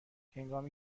هنگامی